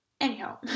anyhow